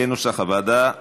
כנוסח הוועדה.